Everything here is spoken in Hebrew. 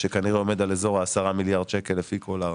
שכנראה עומד על כ-10 מיליארד שקלים לפי כל ההערכות.